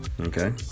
Okay